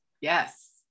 yes